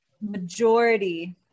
majority